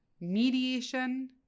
mediation